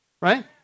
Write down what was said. right